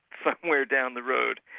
somewhere down the road.